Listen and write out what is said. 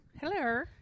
Hello